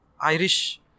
Irish